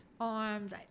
arms